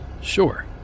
sure